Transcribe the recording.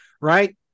right